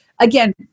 again